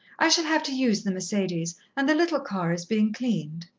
i shall have to use the mercedes, and the little car is being cleaned.